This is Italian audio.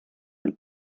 del